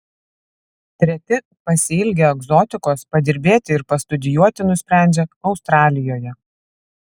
treti pasiilgę egzotikos padirbėti ir pastudijuoti nusprendžia australijoje